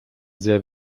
sehr